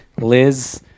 Liz